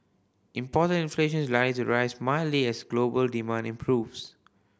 imported inflation is likely to rise mildly as global demand improves